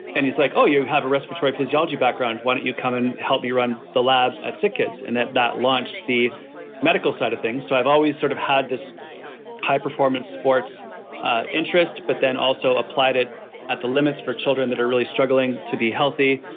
and he's like, oh, you have a respiratory physiology background. why don't you come and help me run the lab at sick kids? and that that launched the medical side of things. so, i've always sort of had this high performance sports ah interest, but then also applied it at the limits for children that are really struggling to be healthy.